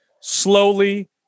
Slowly